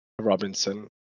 Robinson